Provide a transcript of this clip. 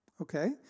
Okay